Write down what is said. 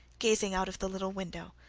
gazing out of the little window,